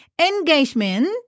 engagement